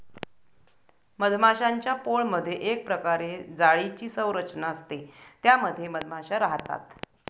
मधमाश्यांच्या पोळमधे एक प्रकारे जाळीची संरचना असते त्या मध्ये मधमाशा राहतात